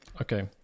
Okay